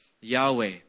Yahweh